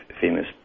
famous